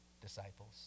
disciples